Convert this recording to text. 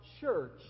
church